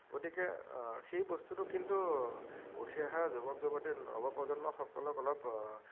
গতিকে সেই বস্তুটো কিন্তু উঠি অহা যুৱক যুৱতীৰ নৱ প্ৰজন্মসকলক অলপ